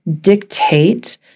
dictate